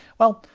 well,